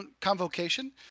convocation